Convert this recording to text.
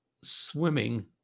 swimming